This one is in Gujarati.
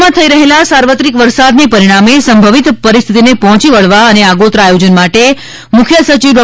રાજ્યમાં થઇ રહેલા સાર્વત્રિક વરસાદને પરિણામે સંભવિત પરિસ્થિતિને પહોંચી વળવા માટે મુખ્ય સચિવ ડો